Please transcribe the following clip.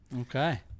Okay